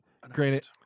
granted